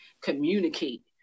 communicate